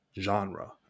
genre